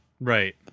Right